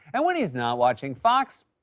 and, when he's not watching fox,